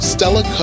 Stella